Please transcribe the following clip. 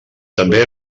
també